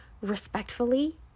respectfully